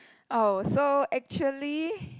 oh so actually